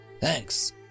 Thanks